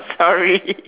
sorry